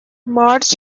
مارج